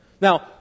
Now